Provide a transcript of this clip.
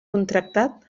contractat